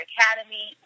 Academy